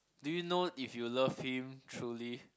do you know if you love him truly